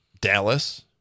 Dallas